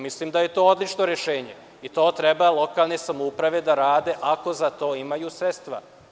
Mislim da je to odlično rešenje i to treba lokalne samouprave da rade ako za to imaju sredstva.